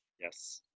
Yes